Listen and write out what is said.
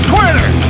Twitter